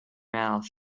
mouth